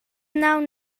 wnawn